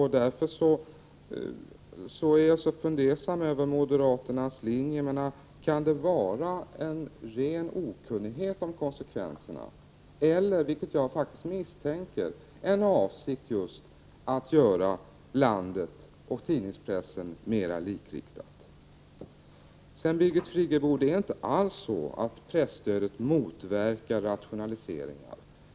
Därför är jag fundersam över moderaternas linje. Kan det vara en ren okunnighet om konsekvenserna eller, vilket jag faktiskt misstänker, en avsikt att göra landet i fråga om pressen mera likriktat? Sedan till Birgit Friggebo. Det är inte alls så att presstödet motverkar rationaliseringar.